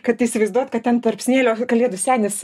kad įsivaizduot kad ten tarp smėlio kalėdų senis